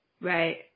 Right